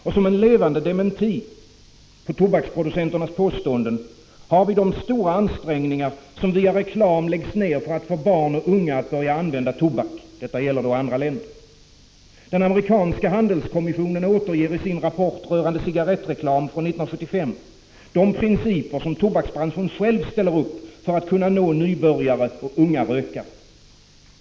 Och som en levande dementi på tobaksproducenternas påståenden har vi de stora ansträngningar som via reklam läggs ner för att få barn och unga att börja använda tobak. Detta gäller då andra länder. Den amerikanska handelskommissionen återger i sin rapport rörande cigarettreklam från 1975 de principer som tobaksbranschen själv ställer upp för att kunna nå nybörjare och unga rökare.